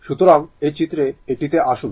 সুতরাং এই চিত্রে এটিতে আসুন